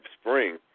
Spring